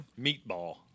Meatball